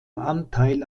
anteil